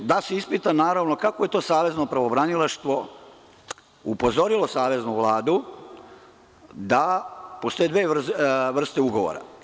Naravno, da se ispita kako je to Savezno pravobranilaštvo upozorilo Saveznu vladu da postoje dve vrste ugovora.